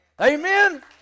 Amen